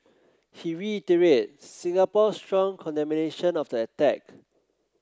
he reiterate Singapore's strong condemnation of the attack